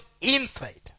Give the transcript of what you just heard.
inside